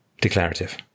declarative